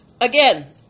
again